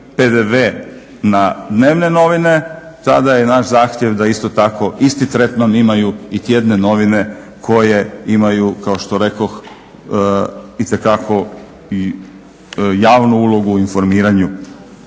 PDV na dnevne novine tada je naš zahtjev da isto tako isti tretman imaju i tjedne novine koje imaju kao što rekoh itekako javnu ulogu u informiranju.